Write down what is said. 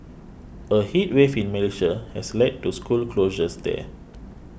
a heat wave in Malaysia has led to school closures there